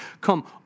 come